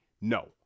No